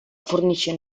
fornisce